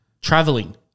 traveling